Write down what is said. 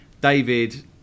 David